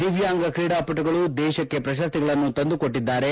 ದಿವ್ಯಾಂಗ ಕ್ರೀಡಾಪಟುಗಳು ದೇಶಕ್ಕೆ ಪ್ರಶಸ್ತಿಗಳನ್ನು ತಂದುಕೊಟ್ಟಿದ್ದಾರೆ